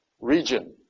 region